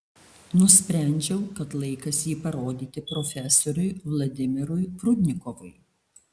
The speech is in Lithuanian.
nusprendžiau kad laikas jį parodyti profesoriui vladimirui prudnikovui